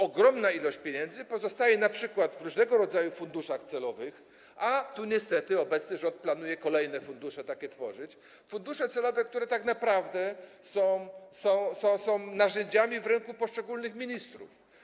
Ogromna ilość pieniędzy pozostaje np. w różnego rodzaju funduszach celowych, a tu niestety obecny rząd planuje takie kolejne fundusze tworzyć, fundusze celowe, które tak naprawdę są narzędziami w ręku poszczególnych ministrów.